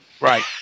Right